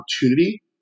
opportunity